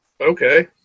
Okay